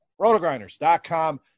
rotogrinders.com